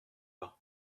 pas